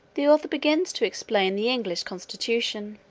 the author begins to explain the english constitution.